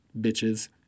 bitches